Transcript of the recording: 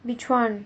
which [one]